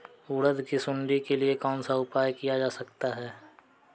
उड़द की सुंडी के लिए कौन सा उपाय किया जा सकता है?